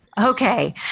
Okay